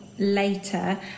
Later